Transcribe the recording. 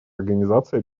организации